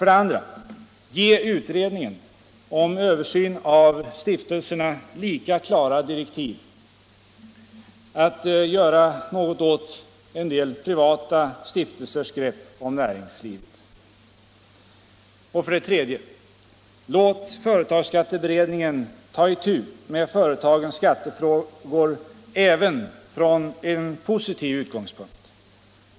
Ge den utredning som sysslar med en översyn av stiftelserna lika klara direktiv att göra något åt vissa privata stiftelsers grepp om näringslivet. 3. Låt företagsskatteberedningen ta itu med företagens skattefrågor även från en positiv utgångspunkt.